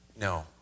No